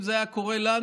אם זה היה קורה לנו,